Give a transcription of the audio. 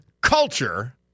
culture